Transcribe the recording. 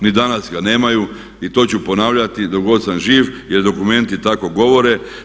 Ni danas ga nemaju i to ću ponavljati dok god sam živ jer dokumenti tako govore.